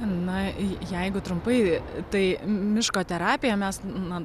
na jeigu trumpai tai miško terapija mes na